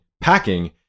packing